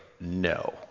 no